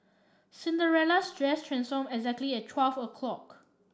Cinderella's dress transform exactly at twelve o'clock